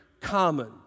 common